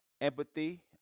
empathy